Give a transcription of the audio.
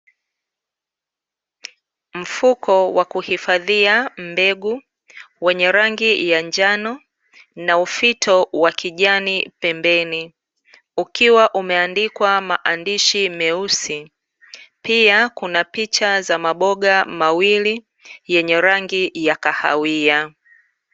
Mfuko wa kuhifadhia mbegu, wenye rangi ya njano, na ufito wa kijani pembeni, ukiwa umeandikwa maandishi meusi, pia kuna picha za maboga mawili, yenye rangi ya kahawia.